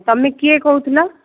ତୁମେ କିଏ କହୁଥିଲ